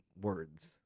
words